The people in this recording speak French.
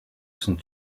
sont